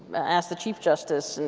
asked the chief justice,